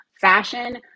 fashion